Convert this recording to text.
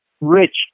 rich